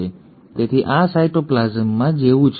તેથી આ સાયટોપ્લાસમમાં જેવું છે